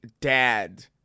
dad